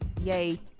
yay